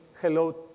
hello